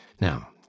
now